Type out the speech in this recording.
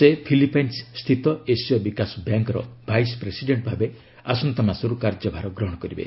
ସେ ଫିଲିପାଇନ୍ସ ସ୍ଥିତ ଏସୀୟ ବିକାଶ ବ୍ୟାଙ୍କ୍ର ଭାଇସ୍ ପ୍ରେସିଡେଣ୍ଟ ଭାବେ ଆସନ୍ତା ମାସରୁ କାର୍ଯ୍ୟ ଭାର ଗ୍ରହଣ କରିବେ